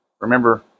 remember